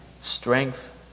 strength